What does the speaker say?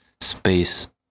space